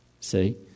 See